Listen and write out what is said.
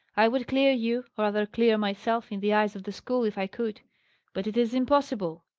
i would clear you or rather clear myself in the eyes of the school, if i could but it is impossible.